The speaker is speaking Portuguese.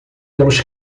pelos